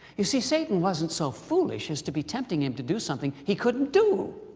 you see, satan wasn't so foolish as to be tempting him to do something he couldn't do.